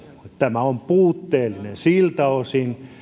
tämä on puutteellinen siltä osin